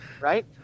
right